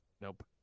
Nope